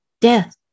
death